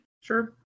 sure